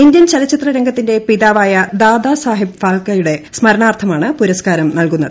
Indian ചലച്ചിത്രരംഗത്തിന്റെ പിതാവായ ദാദാസാഹിബ് ഫാൽകെയുടെ സ്മരണാർത്ഥമാണ് പുരസ്കാരം നൽകുന്നത്